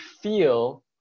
feel